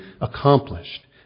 accomplished